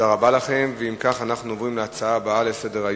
תשעה בעד,